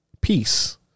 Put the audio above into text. peace